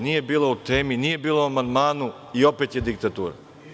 Nije bilo u temi, nije bilo o amandmanu i opet je diktatura?